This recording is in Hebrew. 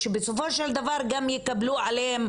שבסופו של דבר גם יקבלו עליהם